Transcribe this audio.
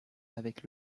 avec